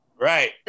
right